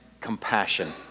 compassion